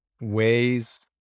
Ways